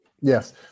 Yes